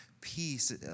peace